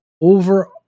over